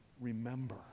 remember